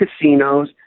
casinos